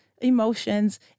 emotions